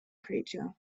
creature